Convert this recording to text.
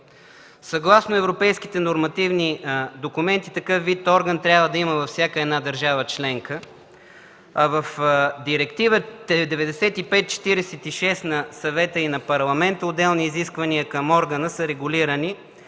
Съгласно европейските нормативни документи такъв орган трябва да има във всяка една държава членка, а в Директива 9046 на Съвета и на Парламента са регулирани отделни изисквания към органа и те трябва